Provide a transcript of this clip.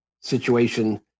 situation